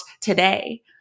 today